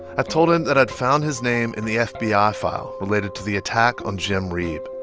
i told him that i'd found his name in the fbi ah file related to the attack on jim reeb,